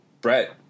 Brett